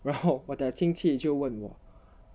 然后我的亲戚就问我